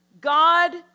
God